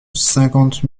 cinquante